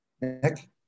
Nick